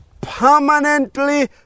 permanently